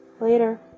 Later